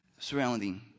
surrounding